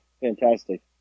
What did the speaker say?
fantastic